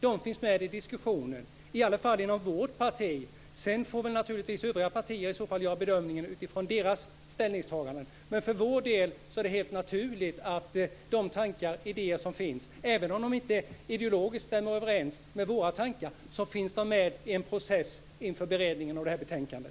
De finns med i diskussionen, i alla fall inom vårt parti. Sedan får naturligtvis övriga partier göra bedömningen utifrån sina ställningstaganden, men för vår del är det helt naturligt att de tankar och idéer som finns, även om de inte ideologiskt stämmer överens med våra tankar, har funnits med i processen inför beredningen av det här betänkandet.